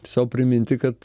sau priminti kad